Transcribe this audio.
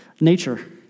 nature